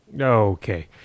Okay